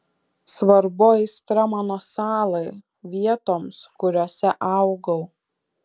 svarbu aistra mano salai vietoms kuriose augau